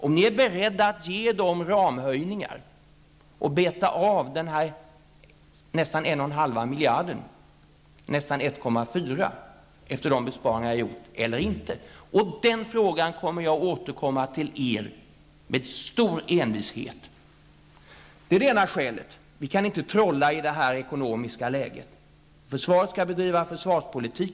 Är ni beredda till ramhöjningar och att beta av 1,5 miljarder, nästan 1,4 miljarder efter de besparingar vi har gjort, eller inte? Jag kommer med stor envishet att återkomma till er med den frågan. Detta är det ena skälet. Vi kan inte trolla i det här ekonomiska läget. Försvaret skall bedriva försvarspolitik.